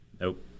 Nope